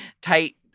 tight